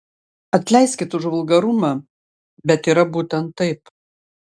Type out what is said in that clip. atleiskit už vulgarumą bet yra būtent taip